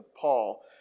Paul